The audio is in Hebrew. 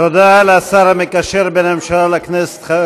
תודה לשר המקשר בין הממשלה לכנסת,